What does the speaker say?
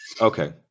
Okay